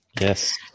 Yes